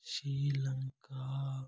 Sri Lanka